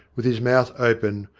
with his mouth open,